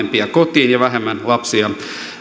vanhempia kotiin ja vähemmän lapsia